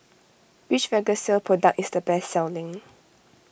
which Vagisil product is the best selling